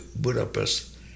Budapest